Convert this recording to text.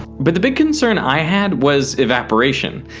but the big concern i had was evaporation.